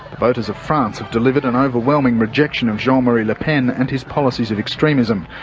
voters of france have delivered an overwhelming rejection of jean-marie le pen and his policies of extremism.